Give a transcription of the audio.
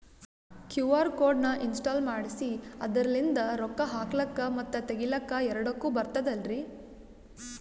QR code ನ ಇನ್ಸ್ಟಾಲ ಮಾಡೆಸಿ ಅದರ್ಲಿಂದ ರೊಕ್ಕ ಹಾಕ್ಲಕ್ಕ ಮತ್ತ ತಗಿಲಕ ಎರಡುಕ್ಕು ಬರ್ತದಲ್ರಿ?